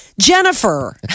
Jennifer